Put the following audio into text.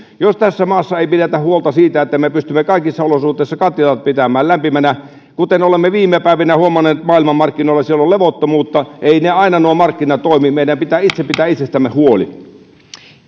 jos tässä maassa ei pidetä huolta siitä että me pystymme kaikissa olosuhteissa kattilat pitämään lämpiminä kuten olemme viime päivinä huomanneet maailmanmarkkinoilla on levottomuutta eivät nuo markkinat aina toimi meidän pitää itse pitää itsestämme huoli